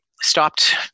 stopped